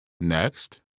Next